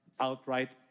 outright